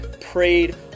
prayed